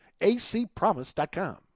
acpromise.com